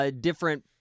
different